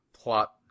plot